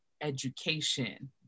education